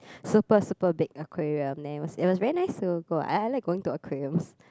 super super big aquarium then it was it was very nice to go I I like going to aquariums